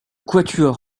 quatuor